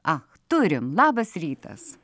ach turim labas rytas